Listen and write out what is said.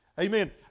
Amen